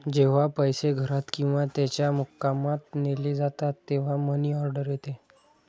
जेव्हा पैसे घरात किंवा त्याच्या मुक्कामात नेले जातात तेव्हा मनी ऑर्डर येते